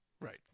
Right